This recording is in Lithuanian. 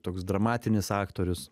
toks dramatinis aktorius